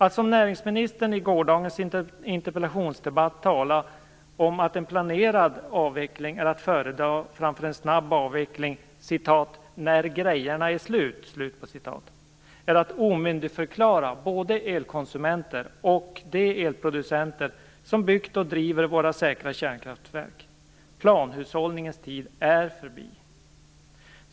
Att som näringsministern i gårdagens interpellationsdebatt tala om att en planerad avveckling är att föredra framför en snabb avveckling "när grejerna är slut" är att omyndigförklara både elkonsumenterna och de elproducenter som byggt och som driver våra säkra kärnkraftverk. Planhushållningens tid är förbi.